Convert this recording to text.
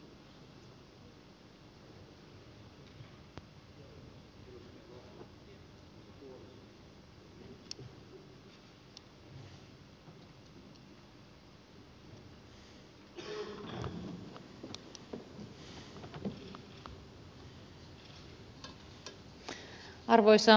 arvoisa puhemies